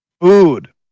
food